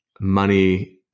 money